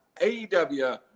AEW